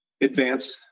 advance